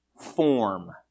form